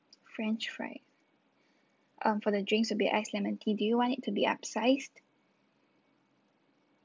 french fry um for the drinks would be iced lemon tea do you want it to be upsized